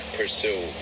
pursue